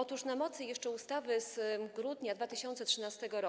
Otóż na mocy ustawy z grudnia 2013 r.